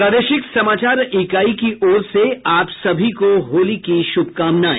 प्रादेशिक समाचार इकाई को ओर से आप सभी को होली की शुभकामनाएं